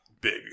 big